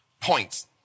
points